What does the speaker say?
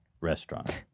restaurant